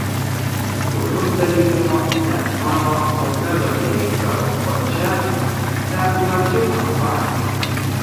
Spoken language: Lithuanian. sūnus be leidimo net mano mopedo neimdavo o čia svetimą džipą nuvarė